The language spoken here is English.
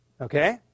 okay